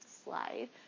Slide